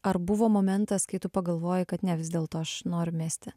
ar buvo momentas kai tu pagalvojai kad ne vis dėlto aš noriu mesti